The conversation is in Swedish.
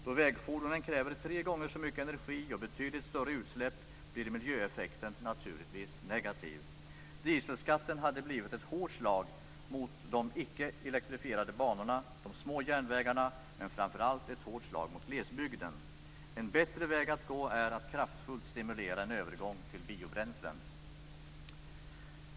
Då vägfordonen kräver tre gånger så mycket energi och betydligt större utsläpp blir miljöeffekten naturligtvis negativ. Dieselskatten hade blivit ett hårt slag mot de icke elektrifierade banorna, de små järnvägarna men framför allt ett hårt slag mot glesbygden. En bättre väg att gå är att kraftfullt stimulera en övergång till biobränslen.